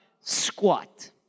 Squat